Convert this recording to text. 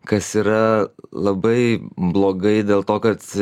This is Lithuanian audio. kas yra labai blogai dėl to kad